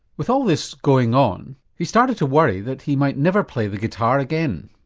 with all this going on he started to worry that he might never play the guitar again.